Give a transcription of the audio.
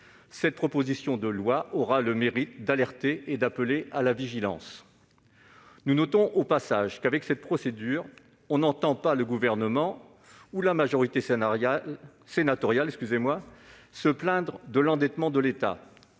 Cette proposition de loi aura eu le mérite d'alerter et d'appeler à la vigilance. Nous notons au passage que l'on n'entend ni le Gouvernement ni la majorité sénatoriale se plaindre de l'endettement de l'État